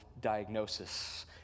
diagnosis